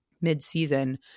mid-season